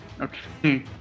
Okay